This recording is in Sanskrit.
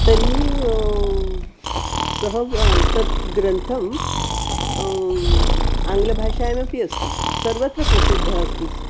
तर्हि सः तत् ग्रन्थम् आङ्ग्लभाषायामपि अस्ति सर्वत्र प्रसिद्धः अस्ति स